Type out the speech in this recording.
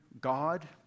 God